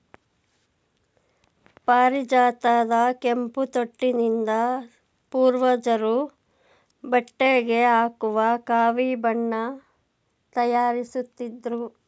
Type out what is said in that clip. ಪಾರಿಜಾತದ ಕೆಂಪು ತೊಟ್ಟಿನಿಂದ ಪೂರ್ವಜರು ಬಟ್ಟೆಗೆ ಹಾಕುವ ಕಾವಿ ಬಣ್ಣ ತಯಾರಿಸುತ್ತಿದ್ರು